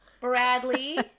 bradley